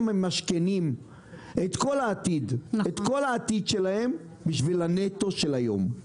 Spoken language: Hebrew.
הם ממשכנים את כל העתיד שלהם בשביל הנטו של היום.